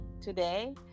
today